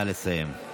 נא לסיים.